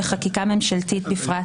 וחקיקה ממשלתית בפרט.